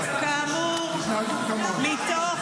תתנהגו כמוהם.